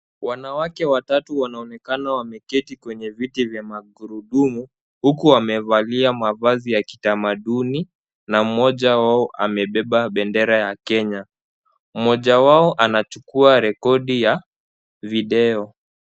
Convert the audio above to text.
Wanawake watatu wanaonekana wameketi kwenye viti vya magurudumu huku wamevalia mavazi ya kitamaduni na mmoja wao amebeba bendera ya Kenya. Mmoja wao anachukua rekodi ya video.